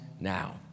now